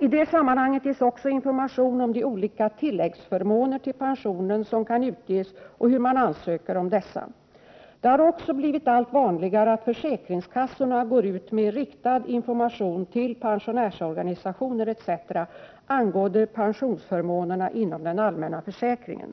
I det sammanhanget ges också information om de olika tilläggsförmåner till pensionen som kan utges och hur man ansöker om dessa. Det har också blivit allt vanligare att försäkringskassorna går ut med riktad information till pensionärsorganisationer etc. angående pensionsförmånerna inom den allmänna försäkringen.